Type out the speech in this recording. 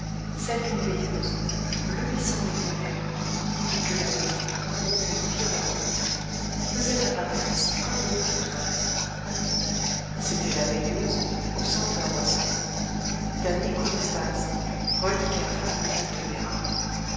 celle d'une veilleuse bleuissant les ténèbres et que la nuit montée au firmament faisait apparaître ici comme un autre étoile c'était la veilleuse aux senteurs d'encens d'un iconostase reliquaire familial de véra